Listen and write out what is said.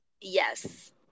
Yes